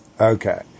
Okay